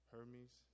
Hermes